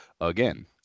again